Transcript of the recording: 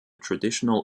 traditional